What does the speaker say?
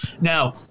Now